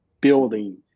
building